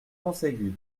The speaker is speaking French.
conségudes